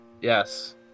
Yes